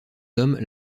hommes